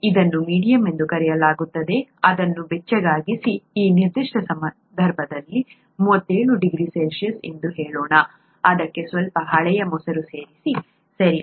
ಇದನ್ನು ಮೀಡಿಯಂ ಎಂದು ಕರೆಯಲಾಗುತ್ತದೆ ಅದನ್ನು ಬೆಚ್ಚಗಾಗಿಸಿ ಈ ನಿರ್ದಿಷ್ಟ ಸಂದರ್ಭದಲ್ಲಿ 37 ಡಿಗ್ರಿ ಸಿ ಎಂದು ಹೇಳೋಣ ಅದಕ್ಕೆ ಸ್ವಲ್ಪ ಹಳೆಯ ಮೊಸರು ಸೇರಿಸಿ ಸರಿ